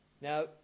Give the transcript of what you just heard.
Now